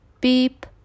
beep